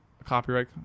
Copyright